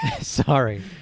Sorry